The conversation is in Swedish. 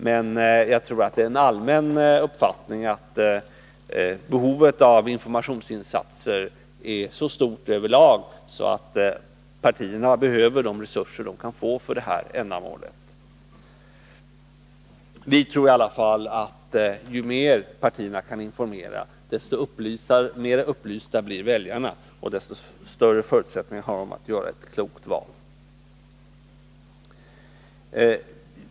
Men jag tror att det är en allmän uppfattning att behovet av informationsinsatser är så stort över lag att partierna behöver de resurser som de kan få för det här ändamålet. Vi tror i alla fall att ju mer partierna kan informera, desto mera upplysta blir väljarna och desto större förutsättningar har de att göra ett klokt val.